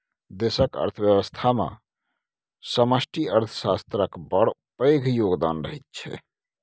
देशक अर्थव्यवस्थामे समष्टि अर्थशास्त्रक बड़ पैघ योगदान रहैत छै